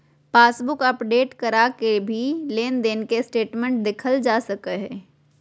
passbook update करा के भी लेनदेन के स्टेटमेंट देखल जा सकय हय